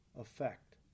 effect